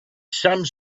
some